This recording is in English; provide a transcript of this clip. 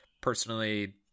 personally